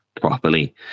properly